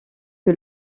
que